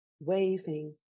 waving